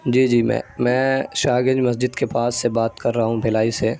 جی جی میں میں شاہ گنج مسجد کے پاس سے بات کر رہا ہوں بلائی سے